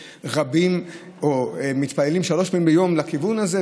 ורבים מתפללים שלוש פעמים ביום לכיוון הזה,